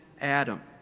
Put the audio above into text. Adam